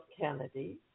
Kennedy